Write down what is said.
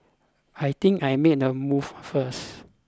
I think I make a move first